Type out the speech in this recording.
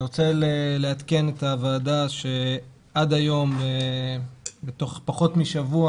אני רוצה לעדכן את הוועדה שעד היום בתוך פחות משבוע